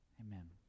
amen